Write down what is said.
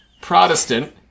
Protestant